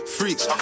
Freaks